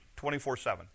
24-7